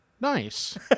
nice